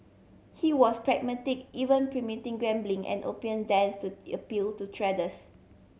he was pragmatic even permitting gambling and opium dens to appeal to traders